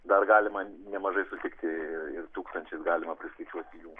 dar galima nemažai sutikti ir tūkstančiais galima priskaičiuoti jų